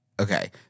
okay